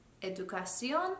educación